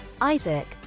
Isaac